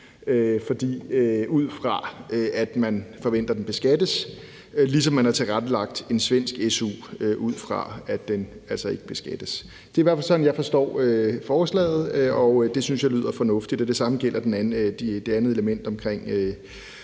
su, ud fra at man forventer af den beskattes, ligesom man har tilrettelagt en svensk su, ud fra at den altså ikke beskattes. Det er i hvert fald sådan, jeg forstår forslaget, og det synes jeg lyder fornuftigt. Det samme gælder det andet element omkring